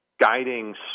guiding